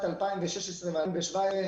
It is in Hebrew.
2016 היינו